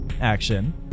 action